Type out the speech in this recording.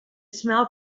smell